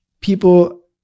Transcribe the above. people